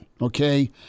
Okay